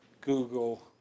Google